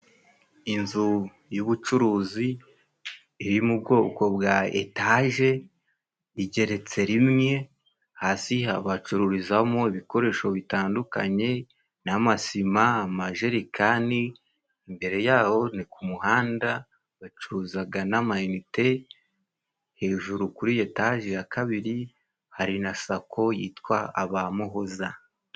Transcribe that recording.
Inzu y'ubucuruzi iri mu bwoko bwa etaje， igeretse rimwe, hasi bacururizamo ibikoresho bitandukanye, n’amasima, amajerekani，imbere yaho ni ku muhanda, bacuruza n’amayinite, hejuru kuri etaje ya kabiri hari na sako yitwa ABAMUHOZA.